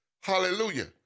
hallelujah